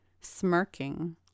Smirking